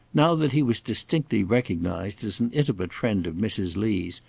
now that he was distinctly recognized as an intimate friend of mrs. lee's,